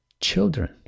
children